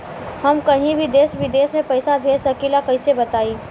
हम कहीं भी देश विदेश में पैसा भेज सकीला कईसे बताई?